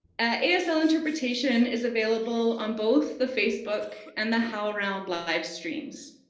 asl interpretation is available on both the facebook and the howlround livestreams.